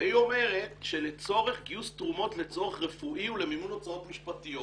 והיא אומרת שלצורך גיוס תרומות לצורך רפואי או למימון הוצאות משפטיות